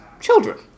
children